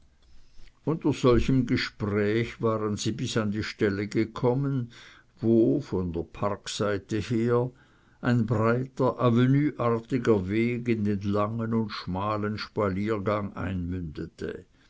unter solchem gespräch waren sie bis an die stelle gekommen wo von der parkseite her ein breiter avenueartiger weg in den langen und schmalen spaliergang einmündete